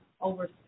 over